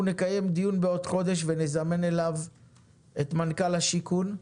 אנחנו נקיים דיון בעוד חודש ונזמן אליו את מנכ"ל השיכון,